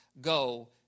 go